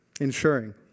ensuring